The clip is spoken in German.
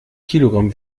kilogramm